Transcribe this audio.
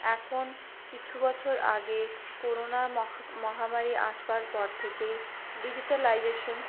এখন কিছু বছর আগে করোনা মহামারী আসবার পর থেকেই ডিজিটালাইজেশন